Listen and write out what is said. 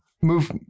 move